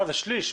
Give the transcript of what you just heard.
שליש.